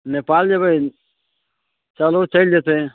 नेपाल जेबै चलू चलि जेतै